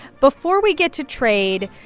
before we get to trade,